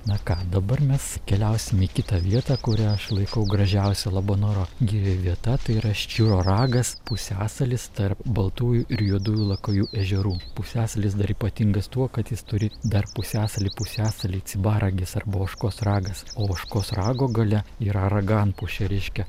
na ką dabar mes keliausim į kitą vietą kurią aš laikau gražiausia labanoro girioj vieta tai yra ščiūro ragas pusiasalis tarp baltųjų ir juodųjų lakujų ežerų pusiasalis dar ypatingas tuo kad jis turi dar pusiasalį pusiasalį cibaragis arba ožkos ragas o ožkos rago gale yra raganpušė reiškia